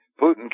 Putin